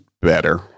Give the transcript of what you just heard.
better